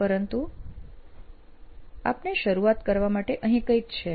પરંતુ આપને શરૂઆત કરવા માટે અહીં કઈંક છે